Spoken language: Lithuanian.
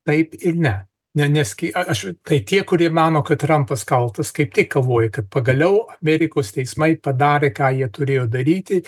taip ir ne ne nes kai aš kai tie kurie mano kad trampas kaltas kaip tik galvoju kad pagaliau amerikos teismai padarė ką jie turėjo daryti